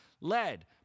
led